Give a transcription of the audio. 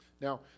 now